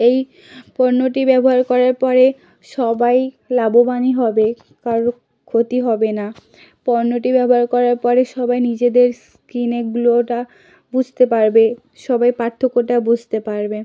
এই পণ্যটি ব্যবহার করার পরে সবাই লাভোবানই হবে কারোর ক্ষতি হবে না পণ্যটি ব্যবহার করার পরে সবাই নিজেদের স্কিনে গ্লোটা বুঝতে পারবে সবাই পার্থক্যটা বুঝতে পারবে